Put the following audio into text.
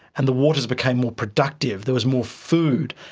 and the waters became more productive, there was more food.